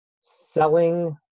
selling